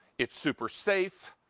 it's super safe.